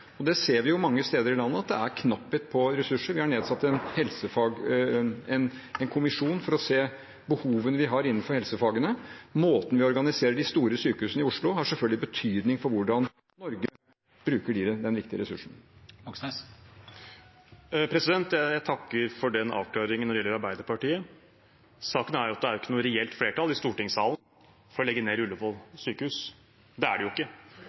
Vi ser jo mange steder i landet at det er knapphet på ressurser. Vi har nedsatt en kommisjon for å se på behovene vi har innenfor helsefagene. Måten vi organiserer de store sykehusene i Oslo på, har selvfølgelig betydning for hvordan Norge bruker den viktige ressursen. Bjørnar Moxnes – til oppfølgingsspørsmål. Jeg takker for den avklaringen når det gjelder Arbeiderpartiet. Saken er jo at det ikke er noe reelt flertall i stortingssalen for å legge ned Ullevål sykehus – det er det ikke.